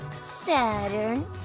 Saturn